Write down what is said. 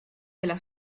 della